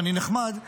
ואני נחמד,